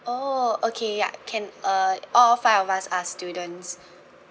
oh okay ya can uh all five of us are students